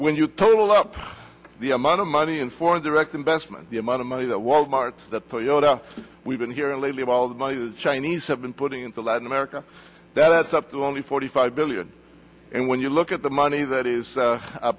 when you total up the amount of money in foreign direct investment the amount of money that wal mart that toyota we've been hearing lately about all the money that chinese have been putting into latin america that's up to only forty five billion and when you look at the money that is